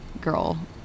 girl